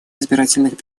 избирательных